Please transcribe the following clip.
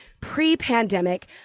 pre-pandemic